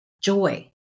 joy